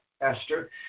Esther